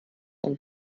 einen